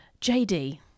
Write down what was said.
JD